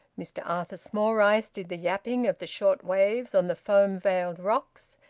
mr arthur smallrice did the yapping of the short waves on the foam-veiled rocks,